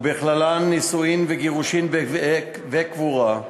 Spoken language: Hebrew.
ובכללן נישואין, גירושין וקבורה,